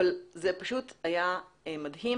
אבל זה פשוט היה מדהים,